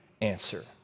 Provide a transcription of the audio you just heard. Answer